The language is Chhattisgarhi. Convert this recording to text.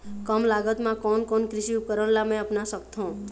कम लागत मा कोन कोन कृषि उपकरण ला मैं अपना सकथो?